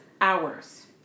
hours